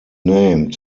named